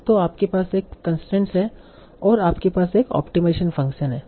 तो आपके पास एक कंसट्रेन्स है और आपके पास एक ऑप्टिमाइजेशन फंक्शन है